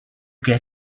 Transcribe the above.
get